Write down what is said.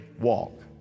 walk